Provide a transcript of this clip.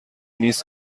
نیست